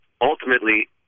ultimately